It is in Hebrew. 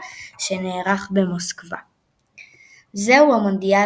יתקיימו בארצות הברית בלבד.